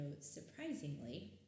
surprisingly